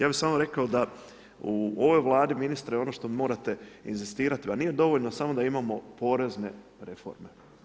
Ja bi samo rekao da u ovoj Vladi ministre, ono što morate inzistirati da nije dovoljno samo da imamo porezne reforme.